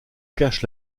cache